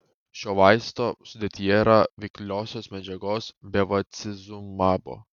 šio vaisto sudėtyje yra veikliosios medžiagos bevacizumabo